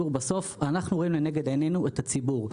אנחנו רואים לנגד עינינו את הציבור הרגיל,